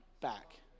back